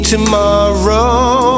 tomorrow